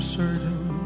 certain